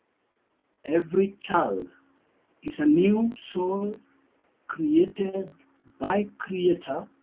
every child is a new soul created by creator,